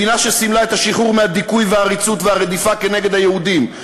מדינה שסימלה את השחרור מהדיכוי והעריצות והרדיפה נגד היהודים,